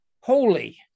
holy